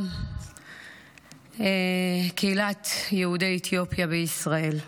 גם קהילת יהודי אתיופיה בישראל,